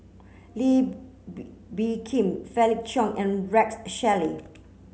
Lee B Bee Khim Felix Cheong and Rex Shelley